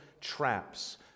traps